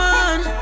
one